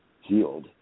Healed